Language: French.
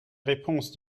réponse